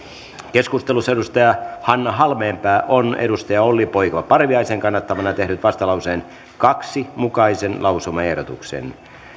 keskustelussa on hanna halmeenpää olli poika parviaisen kannattamana tehnyt vastalauseen kahden mukaisen lausumaehdotuksen